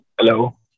hello